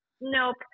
Nope